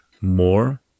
more